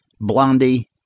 Blondie